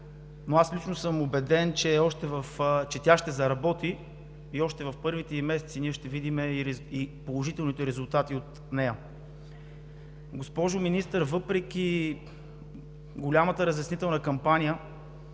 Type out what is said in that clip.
Аз лично съм убеден, че тя ще заработи и още в първите ѝ месеци ние ще видим и положителните резултати от нея. Госпожо Министър, въпреки голямата разяснителна кампания